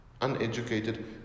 uneducated